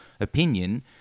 opinion